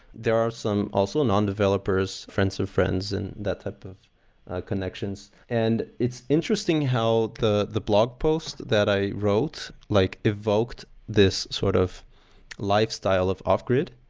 there are some also non-developers, friends of friends, and that the ah connections. and it's interesting how the the blog post that i wrote like evoked this sort of lifestyle of off-grid,